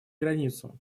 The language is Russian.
границу